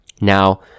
Now